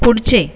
पुढचे